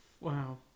Wow